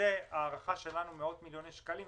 שלפי ההערכה שלנו זה מאות מיליוני שקלים.